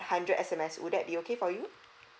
hundred S_M_S would that be okay for you